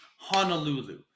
Honolulu